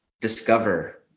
discover